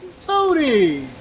Tony